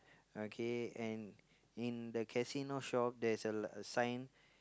okay and in the casino shop there's a l~ a sign